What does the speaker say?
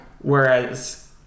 Whereas